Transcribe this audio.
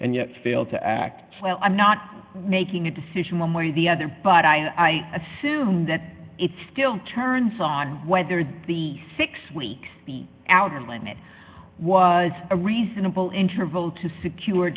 and yet failed to act well i'm not making a decision one way or the other but i assume that it still turns on whether the six weeks the outer limit was a reasonable interval to secure